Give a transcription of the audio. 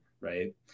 right